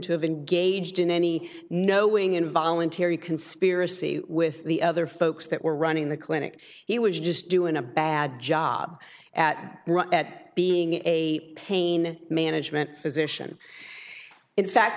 to have engaged in any knowing involuntary conspiracy with the other folks that were running the clinic he was just doing a bad job at at being a pain management physician in fact